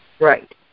Right